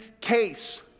case